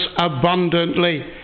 abundantly